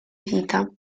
vita